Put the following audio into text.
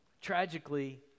Tragically